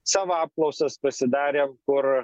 savo apklausas pasidarę kur